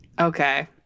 Okay